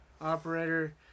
operator